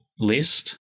List